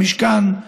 במשכן,